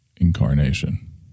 incarnation